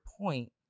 point